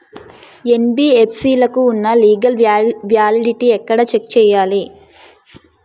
NBFC లకు ఉన్నా legal validity ఎక్కడ చెక్ చేయాలి?